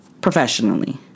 professionally